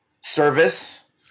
service